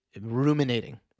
ruminating